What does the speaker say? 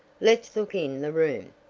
let's look in the room.